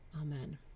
Amen